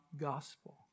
gospel